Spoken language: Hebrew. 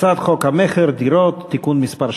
הצעת חוק המכר (דירות) (תיקון מס'